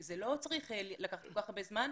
זה לא צריך לקחת כל כך הרבה זמן.